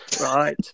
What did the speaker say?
Right